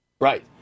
Right